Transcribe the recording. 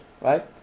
right